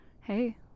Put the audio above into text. Hey